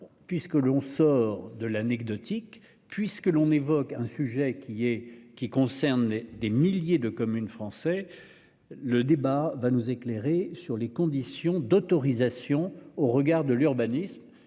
lors que l'on sort de l'anecdotique et que le sujet concerne des milliers de communes françaises, ce débat va nous éclairer sur les conditions d'autorisation au regard du droit de l'urbanisme.